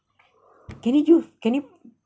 can you can you